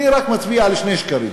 אני רק מצביע על שני שקרים,